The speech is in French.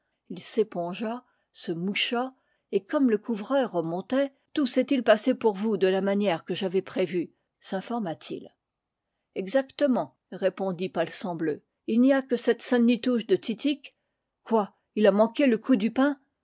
il s'épongea se moucha et comme le couvreur remontait tout s'est-il passé pour vous de la manière que j'avais prévue sinforma t il exactement répondit palsambleu il n'y a que cette sainte-nitouche de titik quoi il a manqué le coup du pain